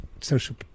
social